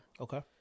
Okay